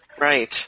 Right